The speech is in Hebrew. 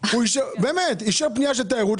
הוא אישר פנייה של תיירות,